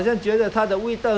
they think of themselves